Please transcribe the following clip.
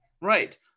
right